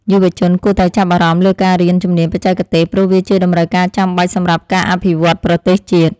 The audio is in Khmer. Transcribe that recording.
យុវជនគួរតែចាប់អារម្មណ៍លើការរៀនជំនាញបច្ចេកទេស ព្រោះវាជាតម្រូវការចាំបាច់សម្រាប់ការអភិវឌ្ឍប្រទេសជាតិ។